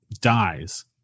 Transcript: dies